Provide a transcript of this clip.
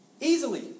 Easily